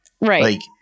Right